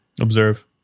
Observe